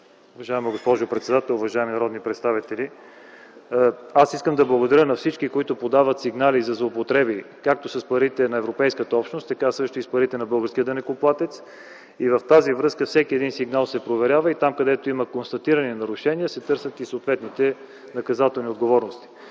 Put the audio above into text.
Уважаема госпожо председател, уважаеми народни представители! Искам да благодаря на всички, които подават сигнали за злоупотреби – както с парите на Европейската общност, така и с парите на българския данъкоплатец. В тази връзка – всеки сигнал се проверява и там, където има констатирани нарушения, се търсят съответните наказателни отговорности.